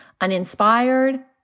uninspired